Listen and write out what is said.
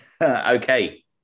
Okay